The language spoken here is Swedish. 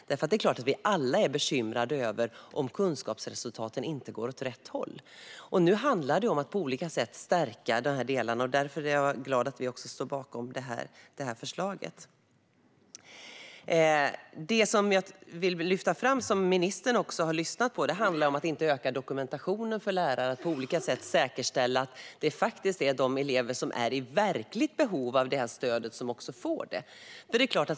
Det är klart att vi alla är bekymrade om kunskapsresultaten inte går åt rätt håll, och nu handlar det om att på olika sätt stärka de här delarna. Därför är jag glad att vi står bakom förslaget. Det jag vill lyfta fram och som ministern också har lyssnat på handlar om att inte öka dokumentationen för lärare och att på olika sätt säkerställa att det faktiskt är de elever som är i verkligt behov av stöd som får det.